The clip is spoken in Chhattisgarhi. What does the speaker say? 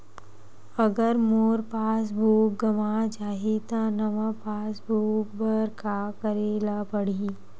अगर मोर पास बुक गवां जाहि त नवा पास बुक बर का करे ल पड़हि?